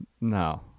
No